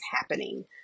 happening